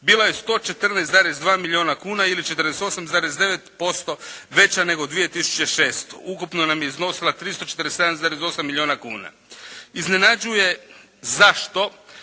bila je 114,2 milijuna kuna ili 48,9% veća nego 2006. Ukupno nam je iznosila 347,8 milijuna kuna. Iznenađuje zašto